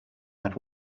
had